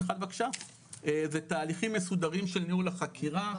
זה תהליכים מסודרים של ניהול החקירה,